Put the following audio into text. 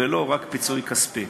ולא רק פיצוי כספי.